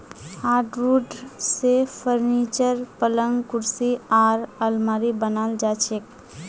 hardwood स furniture, पलंग कुर्सी आर आलमारी बनाल जा छेक